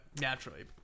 naturally